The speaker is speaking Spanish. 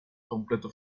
completo